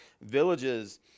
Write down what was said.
villages